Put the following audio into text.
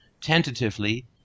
tentatively